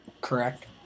Correct